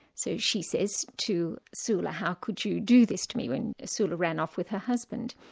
so she says to sula how could you do this to me when sula ran off with her husband,